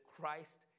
Christ